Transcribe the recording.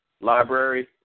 library